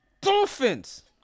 Dolphins